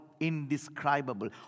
indescribable